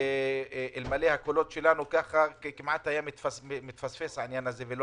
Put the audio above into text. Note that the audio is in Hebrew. אלמלא הקולות שלנו כמעט היה מתפספס העניין ולא